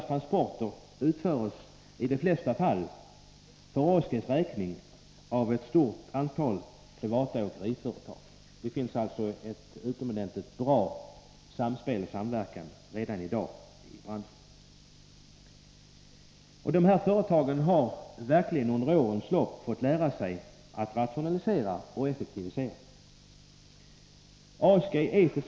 Transporterna utförs i de flesta fall för ASG:s räkning av ett stort antal privata åkeriföretag. Det finns alltså redan i dag en utomordentligt bra samverkan i branschen. De här företagen har verkligen under årens lopp fått lära sig att rationalisera och effektivisera.